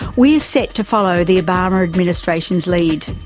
we are set to follow the obama administration's lead.